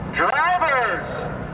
drivers